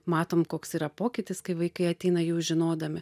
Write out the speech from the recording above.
matom koks yra pokytis kai vaikai ateina jau žinodami